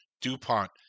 DuPont